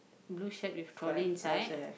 blue shirt with trolley inside